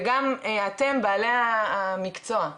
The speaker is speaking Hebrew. וגם אתם בעלי המקצוע.